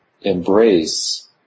embrace